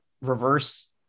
reverse